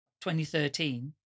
2013